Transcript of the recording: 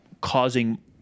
causing